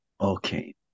Okay